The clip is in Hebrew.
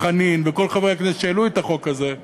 חנין וכל חברי הכנסת שהעלו את החוק הזה,